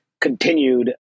continued